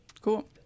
cool